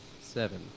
Seven